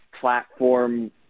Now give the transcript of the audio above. platform